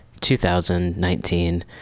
2019